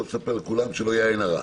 אל תספר לכולם שלא תהיה עין הרע.